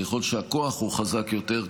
ככל שהכוח הוא חזק יותר,